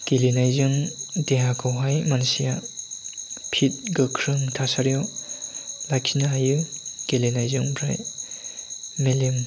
गेलेनायजों देहाखौहाय मानसिया फिट गोख्रों थासारियाव लाखिनो हायो गेलेनायजों ओमफ्राय मेलेम